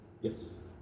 Yes